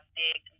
big